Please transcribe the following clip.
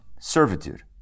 servitude